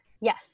Yes